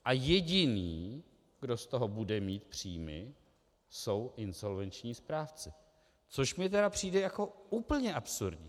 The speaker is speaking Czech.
A jediný, kdo z toho bude mít příjmy, jsou insolvenční správci, což mi tedy přijde jako úplně absurdní.